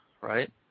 right